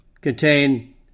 contain